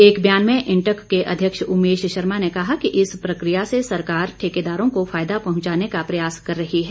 एक ब्यान में इंटक के अध्यक्ष उमेश शर्मा ने कहा कि इस प्रक्रिया से सरकार ठेकेदारों को फायदा पहुंचाने का प्रयास कर रही है